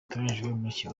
iteganyijwe